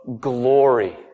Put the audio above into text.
glory